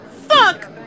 Fuck